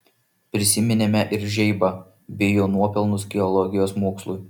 prisiminėme ir žeibą bei jo nuopelnus geologijos mokslui